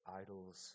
idols